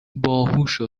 باهوشو